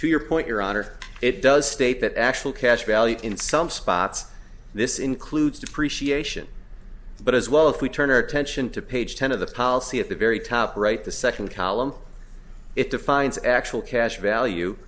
to your point your honor it does state that actual cash value in some spots this includes depreciation but as well if we turn our attention to page ten of the policy at the very top right the second column it defines actual cash value